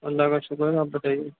اللہ کا شکر ہے آپ بتائیے